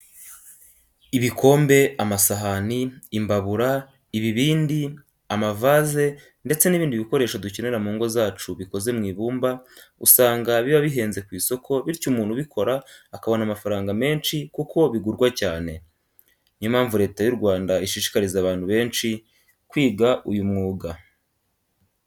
Ibikombe, amasahani, imbabura, ibibindi, amavaze ndetse n'ibindi bikoresho dukenera mu ngo zacu bikoze mu ibumba usanga biba bihenze ku isoko bityo umuntu ubikora akabona amafaranga menshi kuko bigurwa cyane. Niyo mpamvu Leta y'u Rwanda ishishikariza abantu benshi kwiga uyu mwuga.